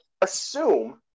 assume